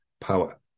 power